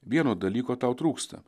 vieno dalyko tau trūksta